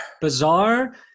bizarre